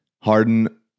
Harden